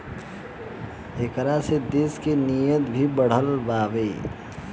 ऐकरा से देश के निर्यात भी बढ़ल बावे